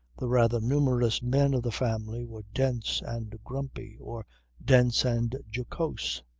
the rather numerous men of the family were dense and grumpy, or dense and jocose.